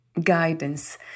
guidance